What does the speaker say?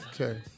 Okay